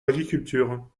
l’agriculture